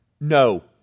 No